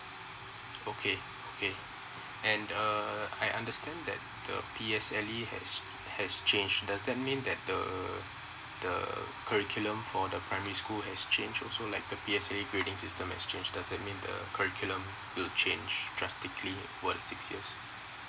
okay okay and uh I understand that the P_S_L_E has has change does that mean that the the curriculum for the primary school has change also like the P_S_L_E grading system has change doesn't mean uh curriculum will change drastically for the six years